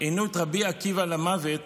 עינו את רבי עקיבא למוות